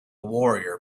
warrior